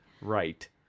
right